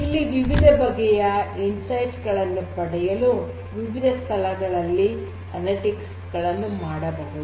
ಇಲ್ಲಿ ವಿವಿಧ ಬಗೆಯ ಒಳನೋಟಗಳನ್ನು ಪಡೆಯಲು ವಿವಿಧ ಸ್ಥಳಗಳಲ್ಲಿ ಅನಲಿಟಿಕ್ಸ್ ಗಳನ್ನು ಮಾಡಬಹುದು